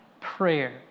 prayer